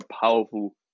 powerful